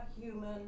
human